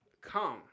come